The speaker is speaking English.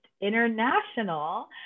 international